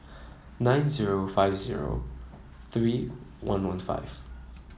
nine zero five zero three one one five